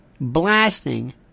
blasting